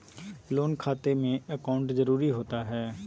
Loan खाते में account जरूरी होता है?